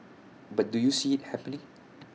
but do you see IT happening